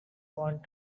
want